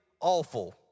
awful